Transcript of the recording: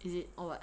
is it or what